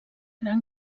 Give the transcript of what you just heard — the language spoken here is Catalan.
gran